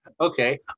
Okay